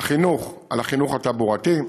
החינוך, לחינוך התעבורתי,